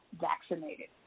vaccinated